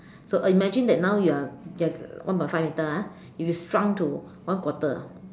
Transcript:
so imagine that now you are you are one point five metre ah if you are shrunk to one quarter